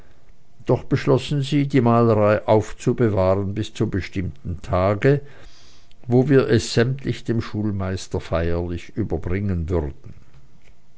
doch beschlossen sie die malerei aufzubewahren bis zum bestimmten tage wo wir sie sämtlich dem schulmeister feierlich überbringen würden